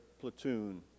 platoon